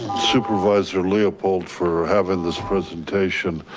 supervisor leopold for having this presentation.